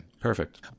Perfect